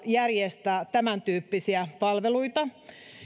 järjestää tämäntyyppisiä palveluita